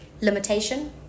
limitation